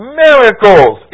miracles